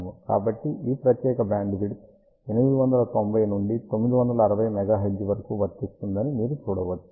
కాబట్టి ఈ ప్రత్యేక బ్యాండ్విడ్త్ 890 నుండి 960 MHz వరకు వర్తిస్తుందని మీరు చూడవచ్చు